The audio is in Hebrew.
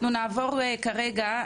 אנחנו נעבור כרגע.